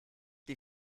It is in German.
die